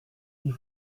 die